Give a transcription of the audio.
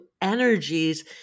energies